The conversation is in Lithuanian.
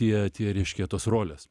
tie tie reiškia tos rolės